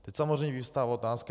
Teď samozřejmě vyvstává otázka.